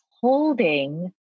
holding